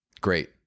great